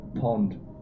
Pond